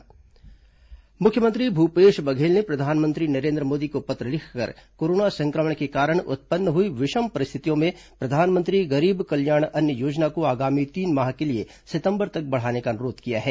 मुख्यमंत्री पत्र मुख्यमंत्री भूपेश बघेल ने प्रधानमंत्री नरेन्द्र मोदी को पत्र लिखकर कोरोना संक्रमण के कारण उत्पन्न हुई विषम परिस्थितियों में प्रधानमंत्री गरीब कल्याण अन्न योजना को आगामी तीन माह के लिए सितम्बर तक बढ़ाने अनुरोध किया है